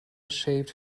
shaved